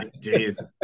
Jesus